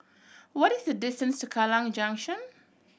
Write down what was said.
what is the distance to Kallang Junction